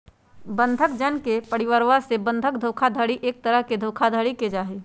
बंधक जन के परिवरवा से बंधक धोखाधडी एक तरह के धोखाधडी के जाहई